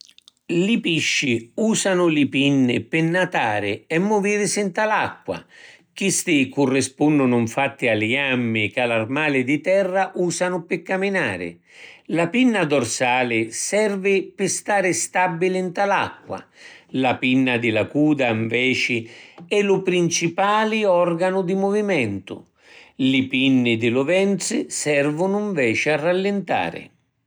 Li pisci usanu li pinni pi natari e muvirisi nta l’acqua: chisti currispunnunu nfatti a li jammi ca l’armali di terra usanu pi caminari. La pinna dorsali servi pi stari stabili nta l’acqua. La pinna di la cuda nveci è lu principali organu di muvimentu. Li pinni di lu ventri servunu nveci a rallintari.